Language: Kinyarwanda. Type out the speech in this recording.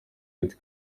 red